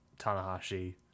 Tanahashi